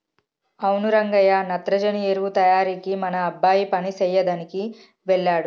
అవును రంగయ్య నత్రజని ఎరువు తయారీకి మన అబ్బాయి పని సెయ్యదనికి వెళ్ళాడు